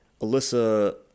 Alyssa